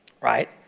right